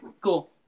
Cool